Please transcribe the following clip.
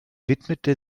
widmete